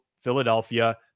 Philadelphia